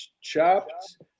chopped